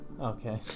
Okay